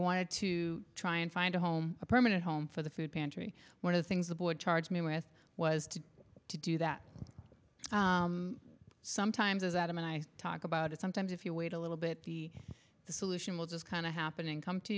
wanted to try and find a home a permanent home for the food pantry one of the things that would charge me with was to to do that sometimes as adam and i talk about it sometimes if you wait a little bit the solution will just kind of happening come to